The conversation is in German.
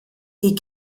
die